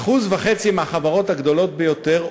1.5% מהחברות הגדולות ביותר,